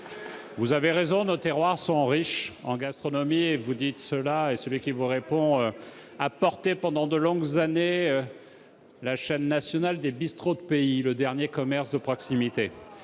vous avez raison : nos terroirs sont riches en gastronomie. Celui qui vous répond a soutenu pendant de longues années la Fédération nationale des bistrots de pays, le dernier commerce de proximité.